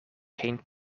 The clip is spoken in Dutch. geen